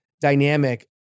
dynamic